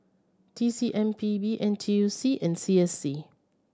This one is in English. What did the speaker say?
T C M P B N T U C and C S C